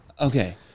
Okay